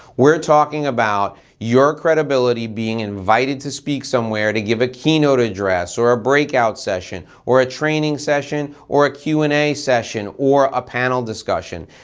we're talking about your credibility being invited to speak somewhere, to give a keynote address or a breakout session or a training session or a q and a session or a panel discussion.